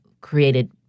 created